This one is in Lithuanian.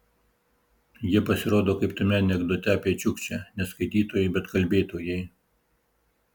jie pasirodo kaip tame anekdote apie čiukčę ne skaitytojai bet kalbėtojai